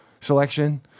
selection